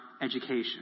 education